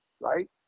right